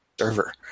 server